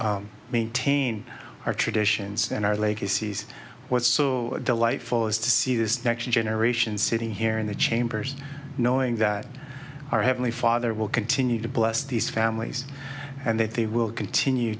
to maintain our traditions and our legacies what's so delightful is to see this next generation sitting here in the chamber knowing that our heavenly father will continue to bless these families and that they will continue